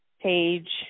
page